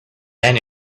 then